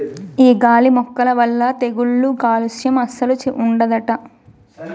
ఈ గాలి మొక్కల వల్ల తెగుళ్ళు కాలుస్యం అస్సలు ఉండదట